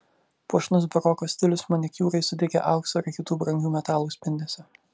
puošnus baroko stilius manikiūrui suteikė aukso ir kitų brangių metalų spindesio